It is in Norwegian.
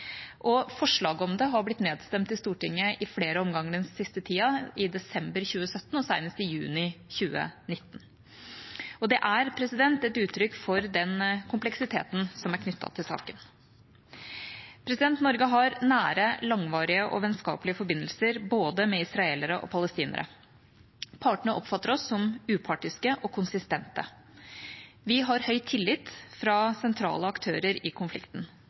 om det har blitt nedstemt i Stortinget i flere omganger den siste tida – i desember 2017 og senest i juni 2019. Det er et uttrykk for den kompleksiteten som er knyttet til saken. Norge har nære, langvarige og vennskapelige forbindelser med både israelere og palestinere. Partene oppfatter oss som upartiske og konsistente. Vi har høy tillit fra sentrale aktører i konflikten.